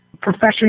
professional